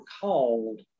called